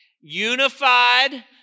unified